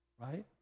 right